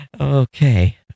Okay